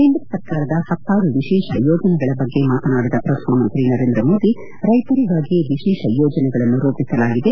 ಕೇಂದ್ರ ಸರ್ಕಾರದ ಹತ್ತಾರು ವಿಶೇಷ ಯೋಜನೆಗಳ ಬಗ್ಗೆ ಮಾತನಾಡಿದ ಪ್ರಧಾನಮಂತ್ರಿ ನರೇಂದ್ರ ಮೋದಿ ರೈತರಿಗಾಗಿಯೇ ವಿಶೇಷ ಯೋಜನೆಗಳನ್ನು ರೂಪಿಸಲಾಗಿದೆ